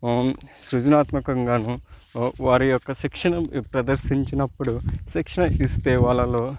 సృజనాత్మకంగా వా వారి యొక్క శిక్షణ ప్రదర్శించినప్పుడు శిక్షణ ఇస్తే వాళ్ళల్లో